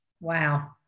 Wow